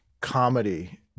comedy